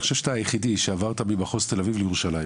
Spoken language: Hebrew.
אני חושב שאתה היחידי שעברת ממחוז תל אביב לירושלים,